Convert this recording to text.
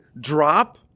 drop